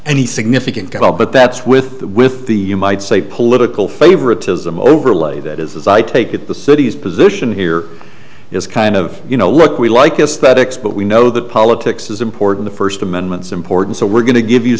any significant call but that's with the with the might say political favoritism overlay that is i take it the city's position here is kind of you know look we like aesthetics but we know that politics is important the first amendment is important so we're going to give you